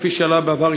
כפי שעלה בעבר,